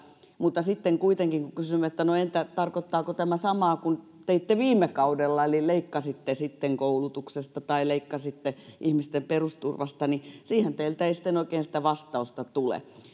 mutta sitten kuitenkin kun kysymme että no entä tarkoittaako tämä samaa kuin mitä teitte viime kaudella eli leikkasitte sitten koulutuksesta tai leikkasitte ihmisten perusturvasta niin siihen teiltä ei oikein sitä vastausta tule